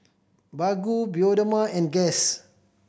Baggu Bioderma and Guess